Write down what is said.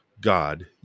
God